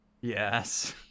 Yes